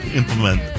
implement